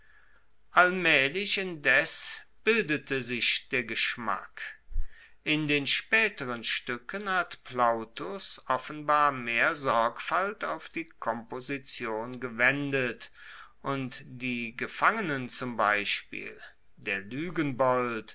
allmaehlich indes bildete sich der geschmack in den spaeteren stuecken hat plautus offenbar mehr sorgfalt auf die komposition gewendet und die gefangenen zum beispiel der